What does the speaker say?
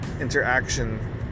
interaction